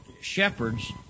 shepherds